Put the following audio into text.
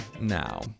now